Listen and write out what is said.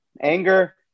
anger